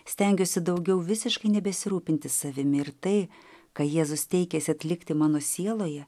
stengiuosi daugiau visiškai nebesirūpinti savimi ir tai ką jėzus teikėsi atlikti mano sieloje